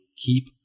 keep